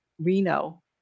Reno